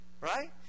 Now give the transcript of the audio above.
Right